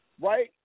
right